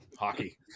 hockey